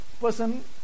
person